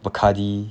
bacardi